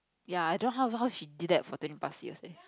ya I don't know how how she did that for twenty plus years leh